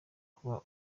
kuba